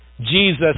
Jesus